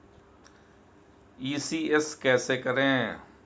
ECS कैसे करें?